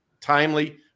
timely